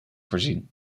voorzien